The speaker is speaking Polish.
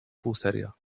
półserio